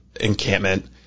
encampment